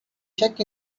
check